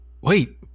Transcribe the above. wait